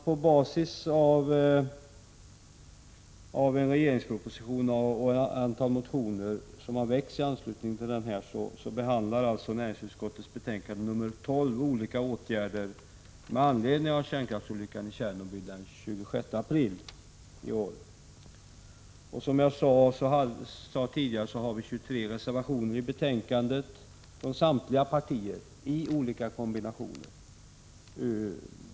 På basis av en regeringsproposition och ett antal motioner i anslutning till den behandlas i näringsutskottets betänkande 12 olika åtgärder med anledning av kärnkraftsolyckan i Tjernobyl den 26 april i år. Som jag tidigare sade har till betänkandet fogats 23 reservationer från samtliga partier i olika kombinationer.